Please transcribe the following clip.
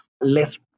less